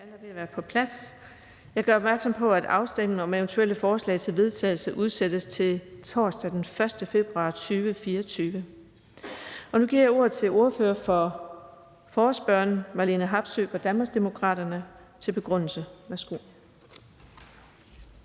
Jeg gør opmærksom på, at afstemning om eventuelle forslag til vedtagelse udsættes til torsdag den 1. februar 2024. Nu giver jeg ordet til ordføreren for forespørgerne, Marlene Harpsøe fra Danmarksdemokraterne, for en begrundelse.